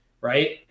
right